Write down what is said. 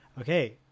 okay